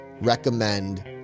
recommend